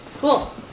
Cool